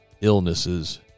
illnesses